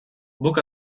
book